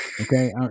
okay